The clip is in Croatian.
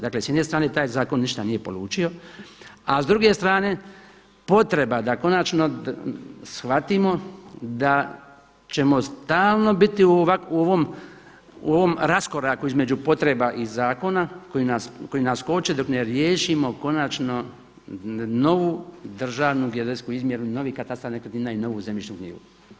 Dakle s jedne strane taj zakon ništa nije polučio a s druge strane potreba da konačno shvatimo da ćemo stalno biti u ovom raskoraku između potreba i zakona koji nas koče dok ne riješimo konačno novu državnu geodetsku izmjeru, novi katastar nekretnina i novu zemljišnu knjigu.